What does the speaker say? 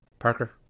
Parker